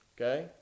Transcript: Okay